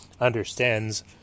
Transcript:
understands